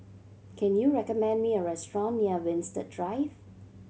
can you recommend me a restaurant near Winstedt Drive